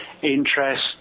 interest